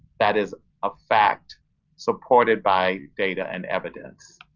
that is a fact supported by data and evidence.